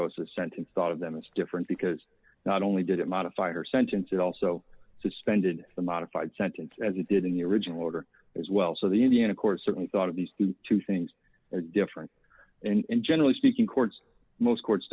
gosa sentence thought of them as different because not only did it modify her sentence it also suspended the modified sentence as it did in the original order as well so the indiana courts certainly thought of these two things as different in generally speaking courts most courts